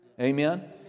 amen